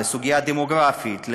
לסוגיה הדמוגרפית,